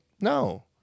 no